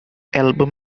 album